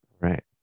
Right